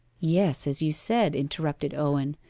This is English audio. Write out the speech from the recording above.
yes as you said interrupted owen,